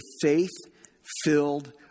faith-filled